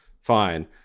fine